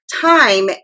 time